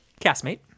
castmate